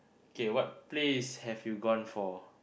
okay what place have you gone for